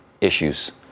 issues